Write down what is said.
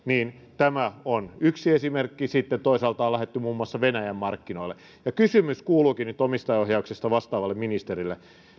niin tämä on yksi esimerkki sitten toisaalta on lähdetty muun muassa venäjän markkinoille kysymys kuuluukin nyt omistajaohjauksesta vastaavalle ministerille